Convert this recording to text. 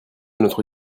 notre